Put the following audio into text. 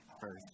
first